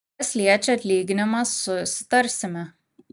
kas liečia atlyginimą susitarsime